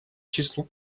числу